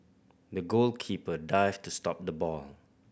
the goalkeeper dived to stop the ball